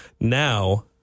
now